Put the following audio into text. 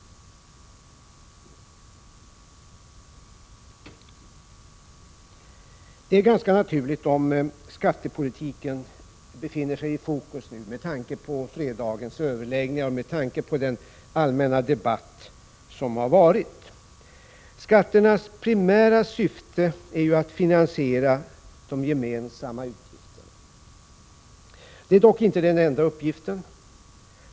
Det är ganska naturligt att skattepolitiken nu är i fokus, med tanke på fredagens överläggningar och med tanke på den allmänna debatt som har förts. Skatternas primära syfte är att finansiera de gemensamma utgifterna. Det är dock inte den enda uppgiften.